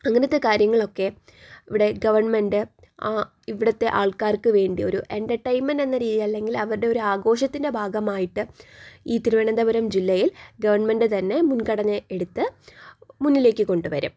അങ്ങനത്തെ കാര്യങ്ങളൊക്കെ ഇവിടെ ഗവൺമെൻറ്റ് ഇവിടത്തെ ആൾക്കാർക്ക് വേണ്ടി ഒരു എൻ്റർടൈൻമെൻറ്റെന്ന രീതിയിൽ അല്ലെങ്കിൽ അവരുടെ ഒരു ആഘോഷത്തിൻ്റെ ഭാഗമായിട്ട് ഈ തിരുവനന്തപുരം ജില്ലയിൽ ഗവൺമെൻറ്റ് തന്നെ മുൻഗണന എടുത്ത് മുന്നിലേക്ക് കൊണ്ടു വരും